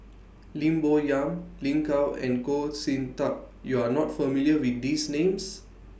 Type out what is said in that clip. Lim Bo Yam Lin Gao and Goh Sin Tub YOU Are not familiar with These Names